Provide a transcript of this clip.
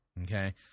okay